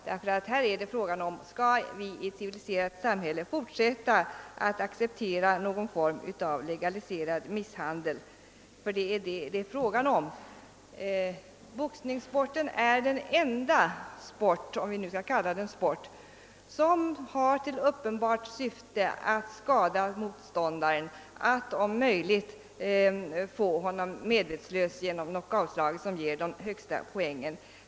Här är nämligen frågan: Skall vi i ett civiliserat samhälle fortsätta att acceptera en form av legaliserad misshandel? Det är vad saken gäller. Boxningen är den enda sport — om vi nu skall kalla den sport — som har till uppenbart syfte att skada motståndaren, att om möjligt få honom medvetslös genom knockoutslag, som ger den högsta poängen.